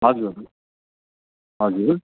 हजुर हजुर